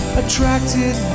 attracted